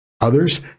others